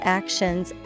actions